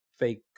Fake